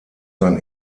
sein